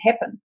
happen